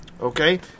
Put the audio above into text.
Okay